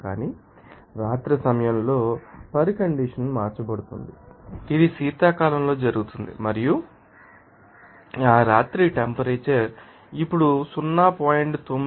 కానీ రాత్రి సమయంలో పరికండిషన్ మార్చబడింది ఇది శీతాకాలంలో జరుగుతోంది మరియు ఆ రాత్రి టెంపరేచర్ ఇప్పుడు 0